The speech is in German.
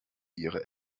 ihre